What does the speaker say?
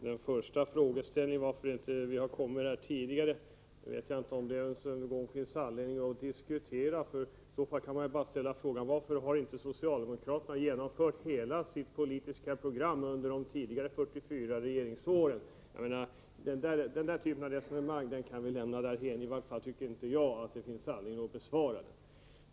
Fru talman! Jag vet inte om det ens finns anledning att diskutera den första frågeställningen, varför vi inte föreslagit detta tidigare. I så fall skulle man lika gärna kunna ställa frågan: Varför har inte socialdemokraterna genomfört hela sitt politiska program under de tidigare 44 regeringsåren? — Den typen av resonemang kan vi lämna därhän. I varje fall tycker inte jag att det finns någon anledning att besvara frågan.